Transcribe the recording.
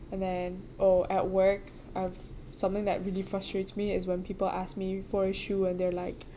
and then oh at work uh something that really frustrates me is when people ask me for a shoe and they're like